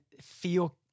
feel